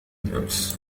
بالأمس